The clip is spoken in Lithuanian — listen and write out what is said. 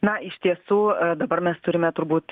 na iš tiesų dabar mes turime turbūt